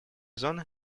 зоны